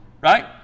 right